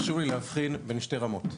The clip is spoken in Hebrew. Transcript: חשוב לי להבחין בין שתי רמות,